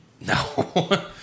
No